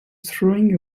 throwing